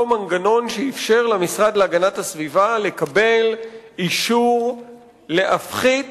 מנגנון שאפשר למשרד להגנת הסביבה לקבל אישור להפחית